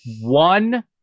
one